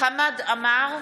חמד עמאר,